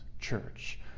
church